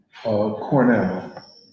Cornell